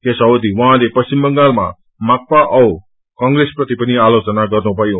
यस अवधि उहाँले पश्चिम बंगालामा माकपा औ कंग्रेसप्रति पनि आलोचना गर्नुभयो